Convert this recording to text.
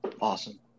awesome